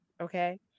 okay